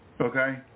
Okay